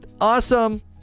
awesome